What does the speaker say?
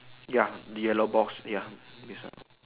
ya yellow box ya